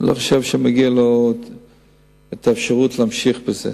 אני לא חושב שמגיעה לו האפשרות להמשיך בזה.